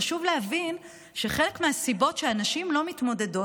חשוב להבין שחלק מהסיבות שנשים לא מתמודדות